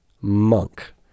monk